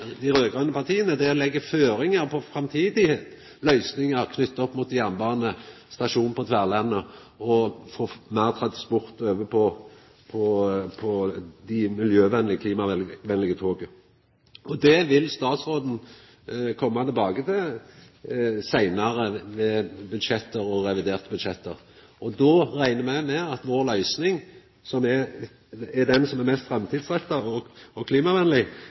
dei raud-grøne partia si side, er å leggja føringar for framtidige løysingar, knytte opp mot jernbanestasjon på Tverlandet og det å få meir transport over på det miljøvenlege, det klimavenlege, toget. Det vil statsråden koma tilbake til seinare, ved budsjett og reviderte budsjett. Då reknar me med at vår løysing, som er den som er mest framtidsretta og klimavenleg,